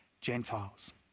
Gentiles